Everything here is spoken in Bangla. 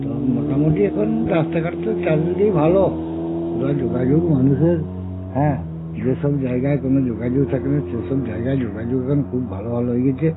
তো মোটামোটি এখন রাস্তাঘাট তো চারিদিকেই ভালো ওরা যোগাযোগ মানুষের হ্যাঁ যেসব জায়গায় কোনো যোগাযোগ থাকে না সেসব জায়গায় যোগাযোগ এখন খুব ভালো ভালো হয়ে গেছে